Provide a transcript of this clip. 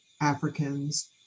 Africans